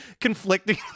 conflicting